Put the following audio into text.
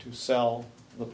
to sell the